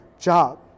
job